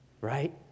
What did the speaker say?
right